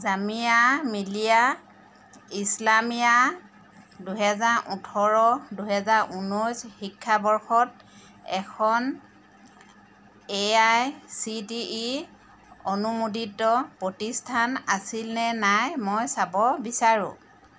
জামিয়া মিলিয়া ইছলামিয়া দুহেজাৰ ওঠৰ দুহেজাৰ ঊনৈছ শিক্ষাবৰ্ষত এখন A I C T E অনুমোদিত প্ৰতিষ্ঠান আছিল নে নাই মই চাব বিচাৰোঁ